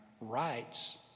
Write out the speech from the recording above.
rights